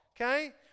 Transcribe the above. Okay